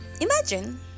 Imagine